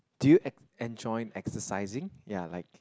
do you en enjoy exercising ya like